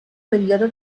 període